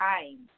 time